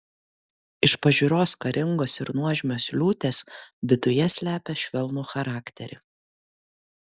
iš pažiūros karingos ir nuožmios liūtės viduje slepia švelnų charakterį